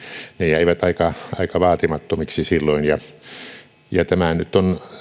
ne jäivät aika vaatimattomiksi silloin tämä nyt on